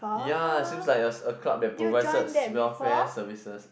yea seems like a a club that provides us welfare services